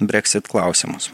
breksit klausimus